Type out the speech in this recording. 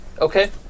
Okay